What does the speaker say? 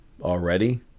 already